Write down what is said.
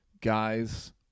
guys